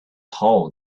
hole